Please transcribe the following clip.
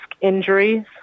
injuries